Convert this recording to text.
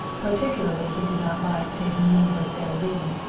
particularly he did not like taking leave of sara lee.